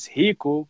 rico